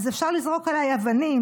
אז אפשר לזרוק עליי אבנים,